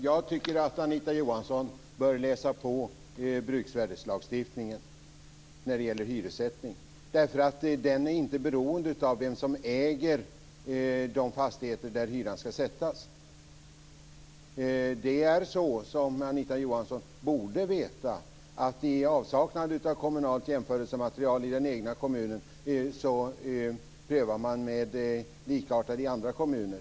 Fru talman! Anita Johansson bör läsa på bruksvärdeslagstiftningen när det gäller hyressättning. Den är inte beroende av vem som äger fastigheterna där hyran skall sättas. Anita Johansson borde veta att i avsaknad av kommunalt jämförelsematerial i den egna kommunen görs en prövning gentemot likartat material i andra kommuner.